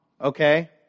Okay